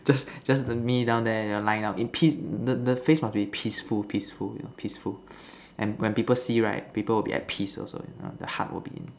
just just me down there you know lying down in peace the the face must be peaceful peaceful you know peaceful and when people see right people will be at peace you know also the heart will be